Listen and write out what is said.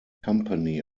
company